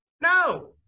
No